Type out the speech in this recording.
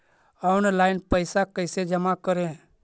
Online पैसा कैसे जमा करे?